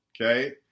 okay